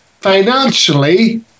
financially